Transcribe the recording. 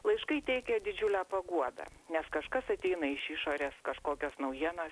laiškai teikia didžiulę paguodą nes kažkas ateina iš išorės kažkokios naujienos